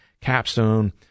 Capstone